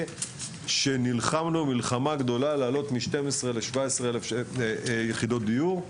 שנלחמנו מלחמה גדולה להעלות מ-12,000 ל-17,000 יחידות דיור.